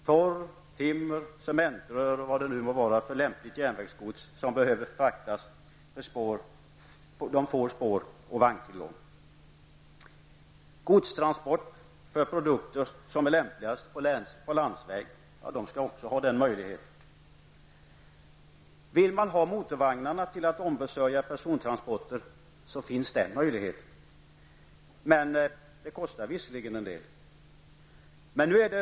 Torv, timmer, cementrör och vad det nu må vara för lämpligt järnvägsgods som behöver fraktas får spår och vagntillgång. Godstransport av produkter som är lämpligast på landsväg skall också ha den möjligheten. Vill man ha motorvagnarna till att ombesörja persontransporter, så finns också den möjligheten, även om det kostar en del.